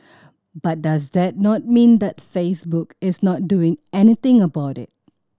but does that not mean that Facebook is not doing anything about it